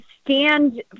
stand